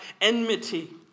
enmity